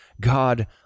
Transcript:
God